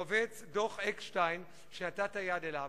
רובץ דוח-אקשטיין, שנתת יד לו.